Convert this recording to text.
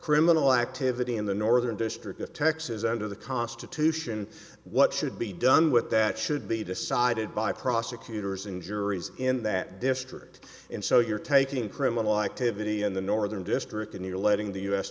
criminal activity in the northern district of texas under the constitution what should be done with that should be decided by prosecutors and juries in that district and so you're taking criminal activity in the northern district and you're letting the u s